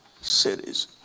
cities